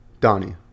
Donnie